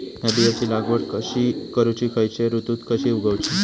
हया बियाची लागवड कशी करूची खैयच्य ऋतुत कशी उगउची?